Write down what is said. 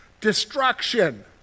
destruction